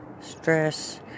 stress